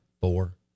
four